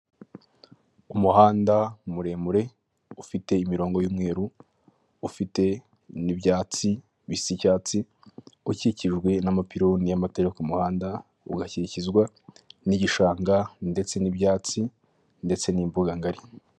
Umuhanda muremure ufite imirongo y'umweruru ufite n'ibyatsi bisa icyatsi ukikijwe n'amapironi y'amatara yo ku muhanda, ugakikizwa n'igishanga ndetse n'ibyatsi ndetse n'imbuga ngari.